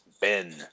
Ben